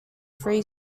three